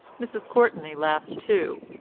mrs. courtenay laughed too,